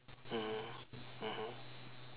mm mmhmm